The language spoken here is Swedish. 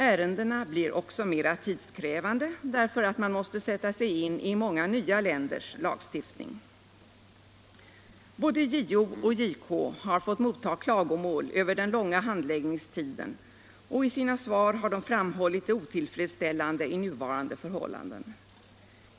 Ärendena blir också mer tidskrävande därför att man måste sätta sig in i många nya länders lagstiftning. Både JO och JK har fått motta klagomål över den långa handläggningstiden, och i sina svar har de framhållit det otillfredsställande med de nuvarande förhållandena.